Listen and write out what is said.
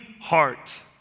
heart